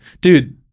dude